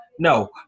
No